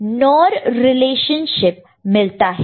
तो हमें NOR relationship मिलता है